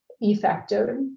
effective